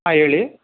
ಹಾಂ ಹೇಳಿ